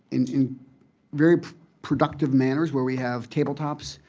in very productive manners, where we have table tops,